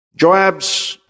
Joab's